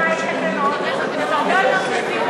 והתקנות הרבה יותר ספציפיות,